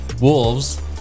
Wolves